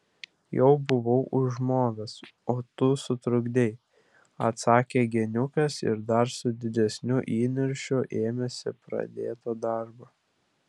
jau buvau užmovęs o tu sutrukdei atsakė geniukas ir dar su didesniu įniršiu ėmėsi pradėto darbo